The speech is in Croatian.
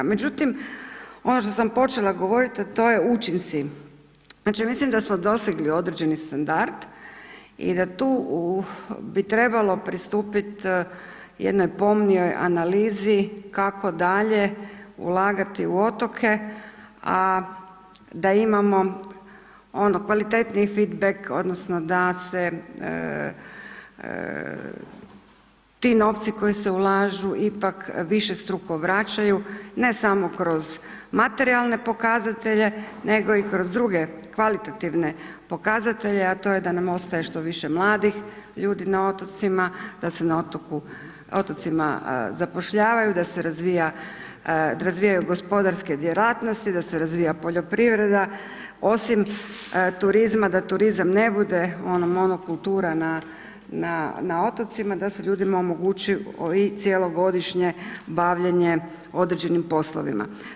Međutim, ono što sam počela govorit, a to je učinci, znači, mislim da smo dosegli određeni standard i da bi tu trebalo pristupit jednoj pomnijoj analizi kako dalje ulagati u otoke, a da imamo ono kvalitetniji fit bek odnosno da se ti novci koji se ulažu ipak višestruko vraćaju, ne samo kroz materijalne pokazatelje, nego i kroz druge kvalitativne pokazatelje, a to je da nam ostaje što više mladih ljudi na otocima, da se na otocima zapošljavaju, da se razvijaju gospodarske djelatnosti, da se razvija poljoprivreda, osim turizma, da turizam ne bude monokultura na otocima, da se ljudima omogući i cjelogodišnje bavljenje određenim poslovima.